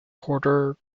porter